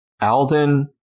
Alden